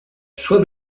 sois